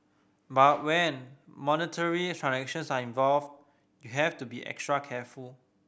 but when monetary transactions are involved you have to be extra careful